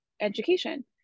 education